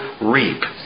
reap